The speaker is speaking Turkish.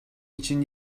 için